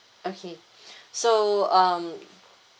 okay so um